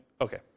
Okay